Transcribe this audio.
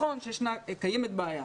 נכון שקיימת בעיה